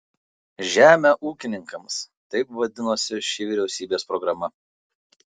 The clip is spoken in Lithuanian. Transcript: žemę ūkininkams taip vadinosi ši vyriausybės programa